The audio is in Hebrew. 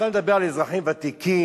אתה מדבר על אזרחים ותיקים,